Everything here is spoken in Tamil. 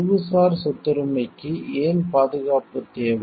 அறிவுசார் சொத்துரிமைக்கு ஏன் பாதுகாப்பு தேவை